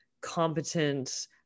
competent